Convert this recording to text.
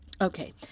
Okay